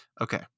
okay